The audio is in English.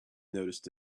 noticed